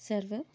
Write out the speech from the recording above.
server